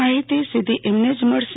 માહિતી સીધી એમને જ મળશે